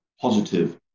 positive